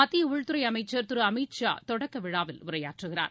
மத்திய உள்துறை அமைச்சர் திரு அமித் ஷா தொடக்க விழாவில் உரையாற்றுகிறார்